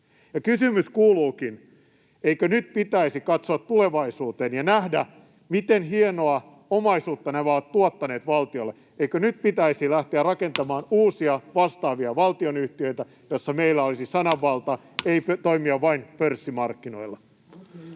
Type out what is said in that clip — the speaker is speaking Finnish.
kysymys kuuluukin: Eikö nyt pitäisi katsoa tulevaisuuteen ja nähdä, miten hienoa omaisuutta nämä ovat tuottaneet valtiolle? Eikö nyt pitäisi lähteä rakentamaan uusia vastaavia valtionyhtiöitä, joissa meillä olisi sananvalta, eikä toimia vain pörssimarkkinoilla?